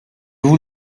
vous